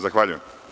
Zahvaljujem.